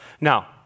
Now